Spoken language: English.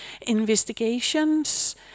investigations